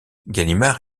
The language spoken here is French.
gallimard